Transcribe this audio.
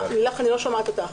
לילך, אני לא שומעת אותך.